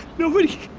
nobody,